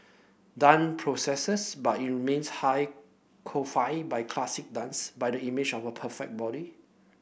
dance progresses but it remains high codified by classical dance by the image of the perfect body